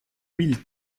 mille